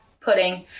Pudding